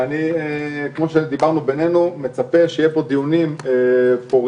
שכמו שדיברנו בינינו אני מצפה שיהיו פה דיונים פוריים,